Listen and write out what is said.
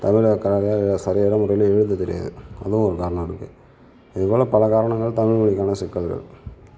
தமிழர்களுக்கான மிக சரியான முறையில் எழுத தெரியாது அதுவும் ஒரு காரணோம் இருக்குது இதுபோல் பல காரணங்கள் தமிழ் மொழிக்கான சிக்கல்கள்